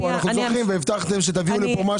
לגבי המכסים, תגיד לאילו